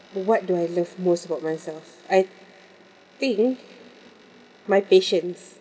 what do I love most about myself I think my patience